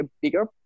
bigger